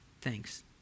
thanks